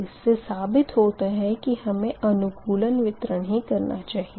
इस से साबित होता है की हमें अनुकूलित वितरण ही करना चाहिए